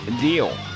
deal